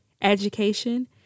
education